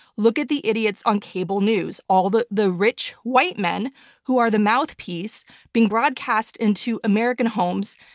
look at the idiots on cable news. all the the rich white men who are the mouthpiece being broadcast into american homes,